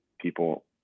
people